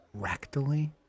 Rectally